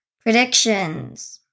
predictions